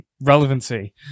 relevancy